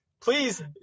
please